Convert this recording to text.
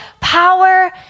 power